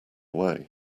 way